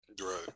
Right